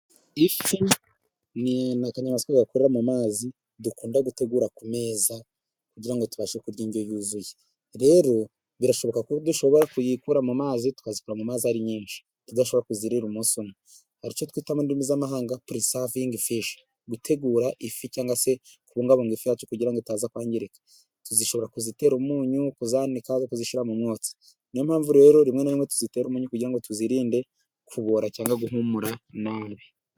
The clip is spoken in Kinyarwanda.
Ifi ni akanyamaswa gakurira mu mazi dukunda gutegura ku meza kugira ngo tubashe kugira indyo yuzuye, rero birashoboka ko dushobora kuyikura mu mazi twayikura mu mazi ari nyinshi tudashobora kuzirira umunsi umwe, hari icyo twita mu ndimi z'amahanga presavingifishi, gutegura ifi cyangwa se kubungabunga ifi yacu kugira ngo itaza kwangirika, dushobora kuzitera umunyu kuzanika no kuzishyira mu mwotsi, ni yo mpamvu rero rimwe na rimwe tuzitera umunyu, kugira ngo tuzirinde kubora cyangwa guhumura nabi.